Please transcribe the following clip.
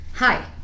Hi